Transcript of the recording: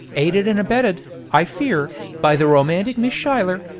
aided and abetted, i fear, by the romantic miss schuyler,